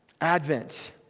Advent